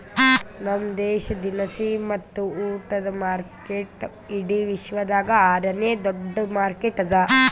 ನಮ್ ದೇಶ ದಿನಸಿ ಮತ್ತ ಉಟ್ಟದ ಮಾರ್ಕೆಟ್ ಇಡಿ ವಿಶ್ವದಾಗ್ ಆರ ನೇ ದೊಡ್ಡ ಮಾರ್ಕೆಟ್ ಅದಾ